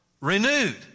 Renewed